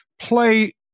play